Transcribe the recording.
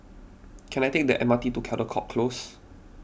can I take the M R T to Caldecott Close